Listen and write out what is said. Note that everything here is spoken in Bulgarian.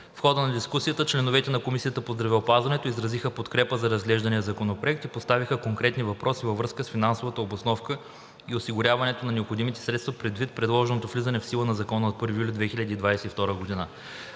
В хода на дискусията членовете на Комисията по здравеопазването изразиха подкрепа за разглеждания законопроект и поставиха конкретни въпроси във връзка с финансовата обосновка и осигуряването на необходимите средства предвид предложеното влизане в сила на закона от 1 юли 2022 г.